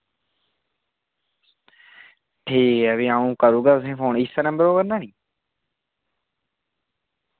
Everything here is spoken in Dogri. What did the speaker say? ठीक ऐ फ्ही आऊं करुगा तुसें फोन इस्सै नम्बर पर करना नी